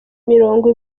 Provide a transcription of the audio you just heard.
imirongo